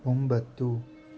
ಒಂಬತ್ತು